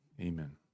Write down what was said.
Amen